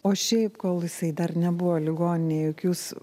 o šiaip kol jisai dar nebuvo ligoninėje juk jūs